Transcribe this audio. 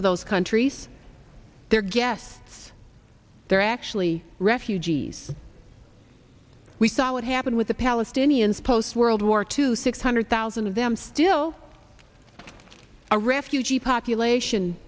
of those countries they're guests they're actually refugees we so it happened with the palestinians post world war two six hundred thousand of them still a refugee population